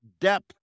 depth